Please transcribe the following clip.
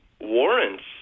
warrants